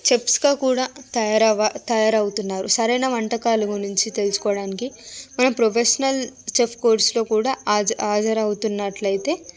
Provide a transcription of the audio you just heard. చెఫ్స్గా కూడా తయారవ తయారవుతున్నారు సరైన వంటకాల గునించి తెలుసుకోవడానికి మనం ప్రొఫెషనల్ చెఫ్ కోర్స్లో కూడా హాజర హాజరవుతున్నట్లయితే